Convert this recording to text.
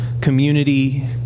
community